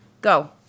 Go